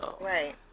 Right